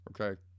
okay